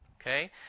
okay